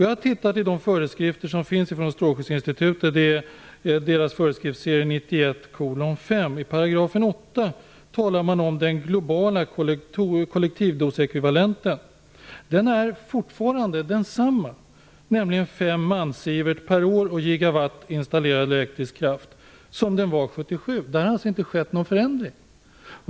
Jag har tittat i Strålskyddsinstitutets föreskrifter, föreskriftsserie 1991:5. I 8 § talar man om den globala kollektivdosekvivalenten. Den är densamma, nämligen 5 mSv per år och gigawatt installerad elektrisk kraft, som den var 1977. Där har det alltså inte skett någon förändring.